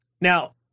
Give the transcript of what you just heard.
Now